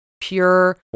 pure